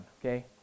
okay